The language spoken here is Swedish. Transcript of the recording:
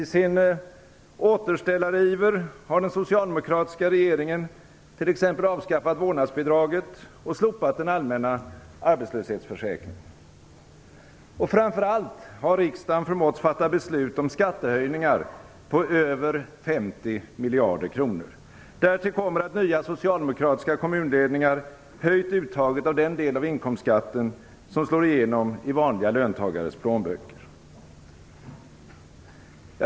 I sin återställariver har den socialdemokratiska regeringen t.ex. avskaffat vårdnadsbidraget och slopat den allmänna arbetslöshetsförsäkringen. Och framför allt har riksdagen förmåtts fatta beslut om skattehöjningar på över 50 miljarder kronor. Därtill kommer att nya socialdemokratiska kommunledningar höjt uttaget av den del av inkomstskatten som slår igenom i vanliga löntagares plånböcker.